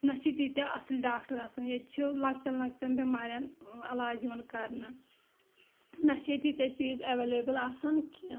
نہ چھِ تیٖتیہ اَصٕل ڈاکٹر آسان ییٚتہِ چھُ لۄکچٮ۪ن لۄکچٮ۪ن بیمارٮ۪ن علاج یِوان کرنہٕ نہ چھِ ییٚتہِ تیٖتیہ چیٖز اٮ۪وَلیبٕل آسان کیٚنٛہہ